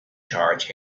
charged